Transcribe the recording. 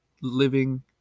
living